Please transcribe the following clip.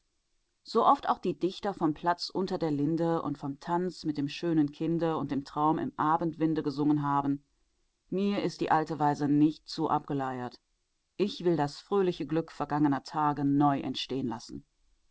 so oft auch die dichter vom platz unter der linde und vom tanz mit dem schönen kinde und dem traum im abendwinde gesungen haben mir ist die alte weise nicht zu abgeleiert ich will das fröhliche glück vergangener tage neu erstehen lassen